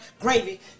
gravy